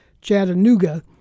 Chattanooga